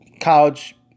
college